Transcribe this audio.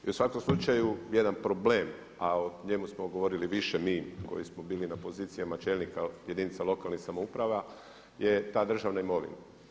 I u svakom slučaju jedan problem, a o njemu smo govorili više mi koji smo bili na pozicijama čelnika jedinica lokalnih samouprava je ta državna imovina.